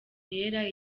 yera